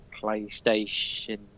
PlayStation